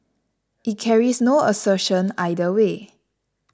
it carries no assertion either way